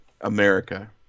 America